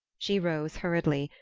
she rose hurriedly,